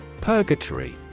Purgatory